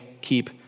keep